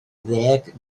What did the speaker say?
ddeg